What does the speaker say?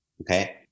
Okay